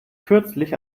kürzlich